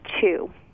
two